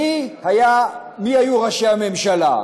מי היו ראשי הממשלה?